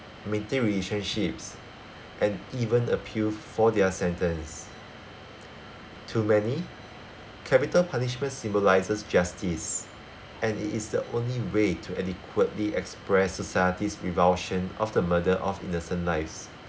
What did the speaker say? maintain relationships and even appeal for their sentence to many capital punishment symbolises justice and it is the only way to adequately express society's revulsion of the murder of innocent lives